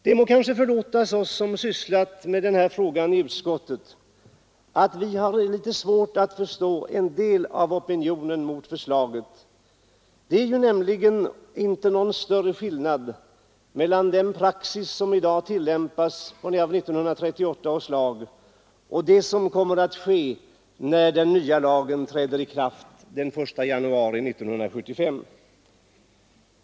Det må kanske förlåtas oss som sysslat med den här frågan i utskottet att vi har litet svårt att förstå en del av opinionen mot förslaget. Det är nämligen inte någon större skillnad mellan den praxis som i dag gäller vid tillämpningen av 1938 års lag och det som kommer att ske när den nya lagen träder i kraft den 1 januari 1975.